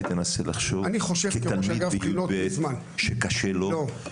תנסה לחשוב כתלמיד ב-י"ב שקשה לו --- לא.